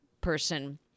person